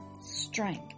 strength